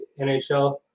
NHL